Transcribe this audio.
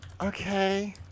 Okay